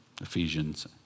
Ephesians